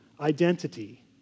identity